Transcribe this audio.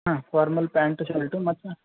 ಹಾಂ formal pant shirt ಮತ್ತು